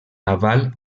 naval